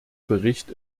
bericht